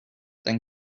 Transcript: than